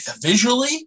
visually